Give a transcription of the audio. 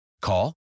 Call